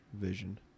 vision